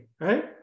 right